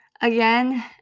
again